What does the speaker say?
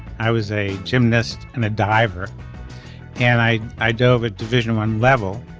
i was a gymnast and a diver and i i dove a division one level.